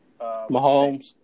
Mahomes